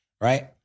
right